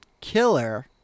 killer